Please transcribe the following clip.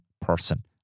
person